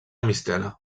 mistela